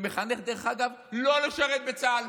שמחנך, דרך אגב, לא לשרת בצה"ל,